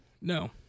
No